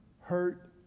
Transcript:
hurt